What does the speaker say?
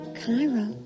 Cairo